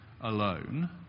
alone